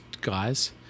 guys